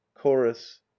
Chorus